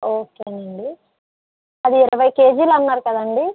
ఓకేనండి అది ఇరవై కేజీలు అన్నారు కదండి